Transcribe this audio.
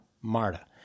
Marta